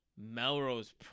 Melrose